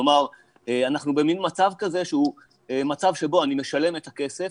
כלומר אנחנו במין מצב כזה שהוא מצב שבו אני משלם את הכסף,